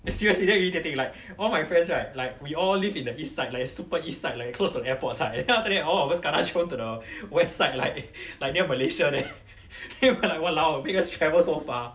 no seriously damn irritating like all my friends right like we all live in the east side like super east side like close to airport side then after that all of us kena thrown to the west side like like near malaysia there then we were like !walao! make us travel so far